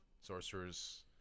sorcerers